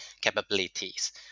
capabilities